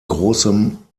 großem